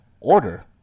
order